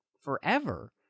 forever